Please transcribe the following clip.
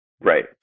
Right